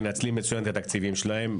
מנצלים מצוין את התקציבים שלהן,